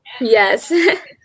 Yes